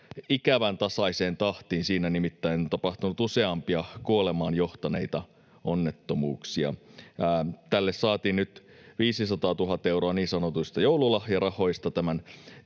ikävän tasaisen tahtiin. Siinä nimittäin on tapahtunut useampia kuolemaan johtaneita onnettomuuksia. Tämän tien päällystämiseen saatiin nyt 500 000 euroa niin sanotuista joululahjarahoista,